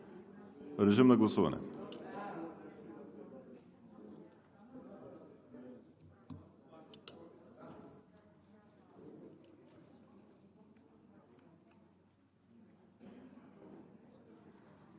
режим на гласуване.